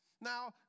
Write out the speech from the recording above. Now